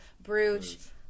Bruges